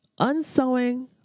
Unsewing